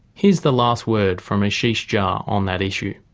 here's the last word from ashish jha on that issue.